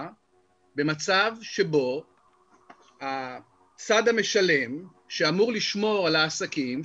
במצב שבו הצד המשלם שאמור לשמור על העסקים,